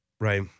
Right